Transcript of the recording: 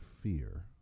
fear